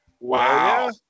Wow